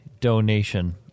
donation